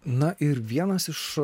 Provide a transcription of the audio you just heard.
na ir vienas iš